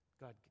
God